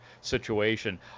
situation